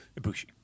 Ibushi